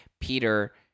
Peter